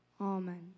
Amen